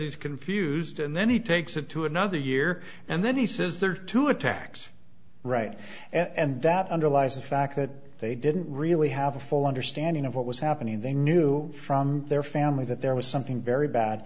he's confused and then he takes it to another year and then he says there are two attacks right and that underlies the fact that they didn't really have a full understanding of what was happening they knew from their family that there was something very bad